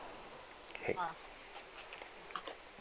K